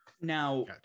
Now